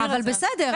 בסדר,